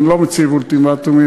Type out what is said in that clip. אני לא מציב אולטימטומים,